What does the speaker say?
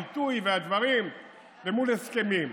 העיתוי והדברים ומול הסכמים.